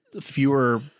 fewer